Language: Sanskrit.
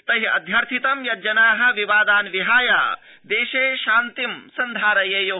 तै अध्यर्थित यज्जना विवादान् विहाय देशे शान्ति सन्धारयेयु